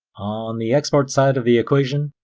on the export side of the equation,